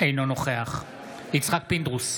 אינו נוכח יצחק פינדרוס,